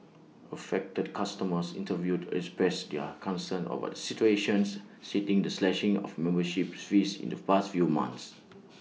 affected customers interviewed expressed their concern over the situation citing the slashing of membership fees in the past few months